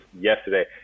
yesterday